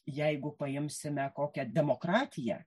jeigu paimsime kokią demokratiją